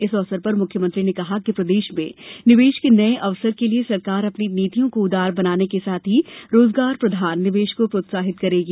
इस अवसर पर मुख्यमंत्री ने कहा कि प्रदेश में निवेश के नए अवसर के लिए सरकार अपनी नीतियों को उदार बनाने के साथ ही रोजगार प्रधान निवेश को प्रोत्साहित करेगी